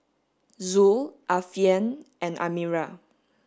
Zul Alfian and Amirah